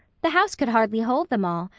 the house could hardly hold them all.